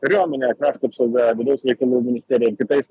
kariuomene krašto apsauga vidaus reikalų ministerija ir kitais